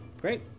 Great